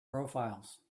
profiles